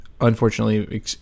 unfortunately